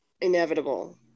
inevitable